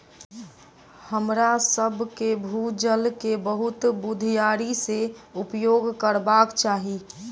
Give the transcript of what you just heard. हमरासभ के भू जल के बहुत बुधियारी से उपयोग करबाक चाही